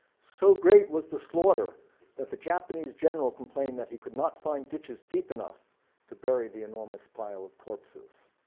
so great was the slaughter that the japanese general complained that he could not find ditches deep enough to bury the enormous pile of corpses.